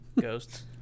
ghosts